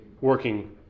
working